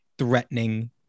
Threatening